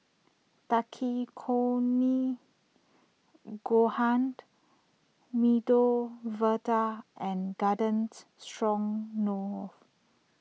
Takikomi Gohan Medu Vada and Garden Stroganoff